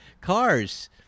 cars